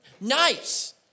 nice